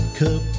cup